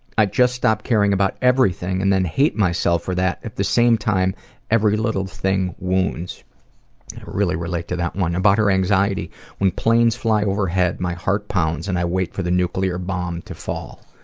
i just stop caring about everything and then hate myself for that, at the same time every little thing wounds. i really relate to that one. about her anxiety when planes fly overhead my heart pounds and i wait for the nuclear bomb to fall.